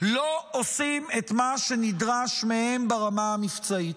לא עושים את מה שנדרש מהם ברמה המבצעית.